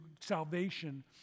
salvation